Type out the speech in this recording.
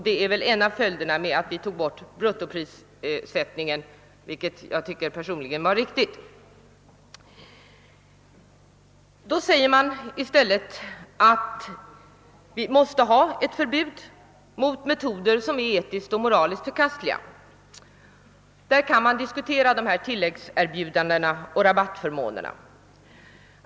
Det är en av följderna av att vi tog bort bruttoprissättningen — vilket jag personligen tycker var riktigt. Nu säger man i stället att vi måste ha ett förbud mot metoder som är etiskt och moraliskt förkastliga. Därvidlag kan man diskutera tilläggserbjudanden och rabattförmåner.